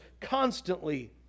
constantly